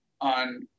on